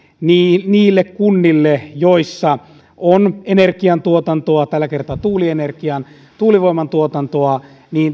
niille kunnille joissa on energian tuotantoa tällä kertaa tuulienergian tuulivoiman tuotantoa